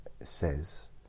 says